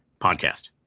podcast